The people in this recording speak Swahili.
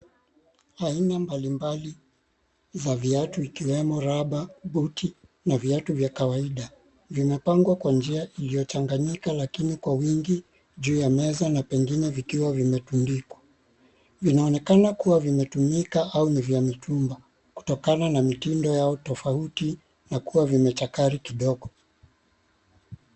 Aina mbalimbali za viatu ikiwemo raba, buti na viatu vya kawaida, vimepangwa kwa njia iliyochanganyika lakini kwa wingi juu ya meza na vingine vikiwa vimetundikwa. Vinaonekana kuwa vimetumika au vya mitumba, kutokana na mitindo yao tofauti na kuwa vimechakari kidogo.